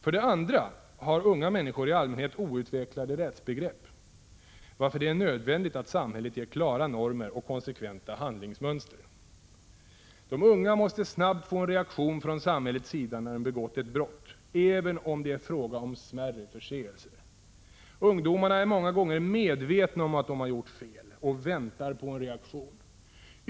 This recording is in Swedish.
För det andra har unga människor i allmänhet outvecklade rättsbegrepp, varför det är nödvändigt att samhället ger klara normer och konsekventa handlingsmönster. De unga måste snabbt få en reaktion från samhällets sida när de begått ett brott, även om det är fråga om en smärre förseelse. Ungdomarna är många gånger medvetna om att de gjort fel och väntar på en reaktion.